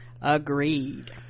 agreed